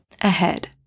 ahead